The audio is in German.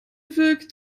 wirkt